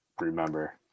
remember